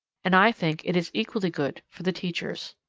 and i think it is equally good for the teachers.